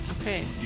Okay